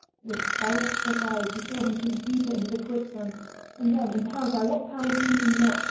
with horror-struck eyes he saw him sink deeper into the quicksand and then, impelled by what power he knew not,